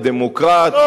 לדמוקרט,